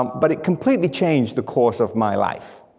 but it completely changed the course of my life,